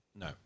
No